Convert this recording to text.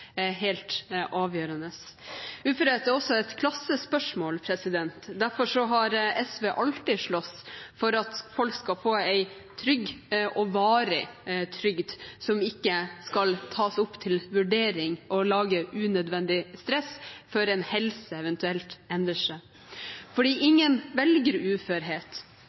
helt avgjørende. Uførhet er også et klassespørsmål. Derfor har SV alltid slåss for at folk skal få en trygg og varig trygd som ikke skal tas opp til vurdering og lage unødvendig stress før helsa eventuelt endrer seg. Ingen velger uførhet.